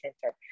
center